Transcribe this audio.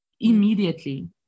immediately